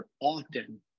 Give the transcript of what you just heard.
often